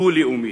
דו-לאומית.